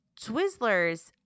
Twizzlers